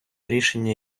рішення